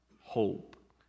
hope